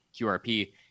QRP